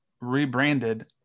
rebranded